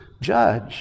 judge